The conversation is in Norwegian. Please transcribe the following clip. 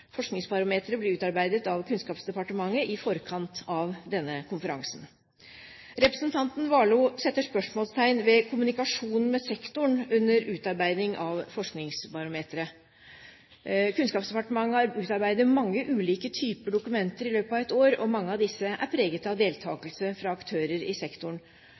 utarbeidet av Kunnskapsdepartementet i forkant av denne konferansen. Representanten Warloe setter spørsmålstegn ved kommunikasjonen med sektoren under utarbeiding av Forskningsbarometeret. Kunnskapsdepartementet utarbeider mange ulike typer dokumenter i løpet av et år, og mange av disse er preget av deltakelse fra aktører i sektoren.